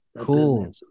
Cool